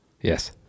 Yes